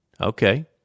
Okay